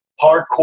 hardcore